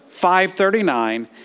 539